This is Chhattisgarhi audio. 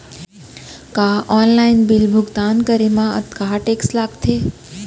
का ऑनलाइन बिल भुगतान करे मा अक्तहा टेक्स लगथे?